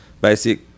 basic